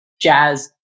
jazz